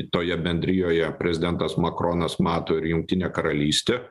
toje bendrijoje prezidentas makronas mato ir jungtinę karalystę